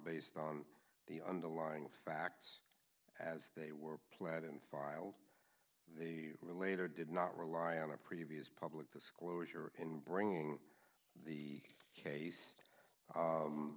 based on the underlying facts as they were planned and filed they were later did not rely on a previous public disclosure in bringing the case